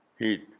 heat